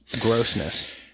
grossness